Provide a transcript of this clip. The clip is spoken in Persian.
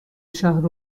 شهر